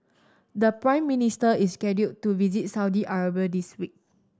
the Prime Minister is scheduled to visit Saudi Arabia this week